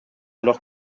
alors